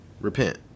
Repent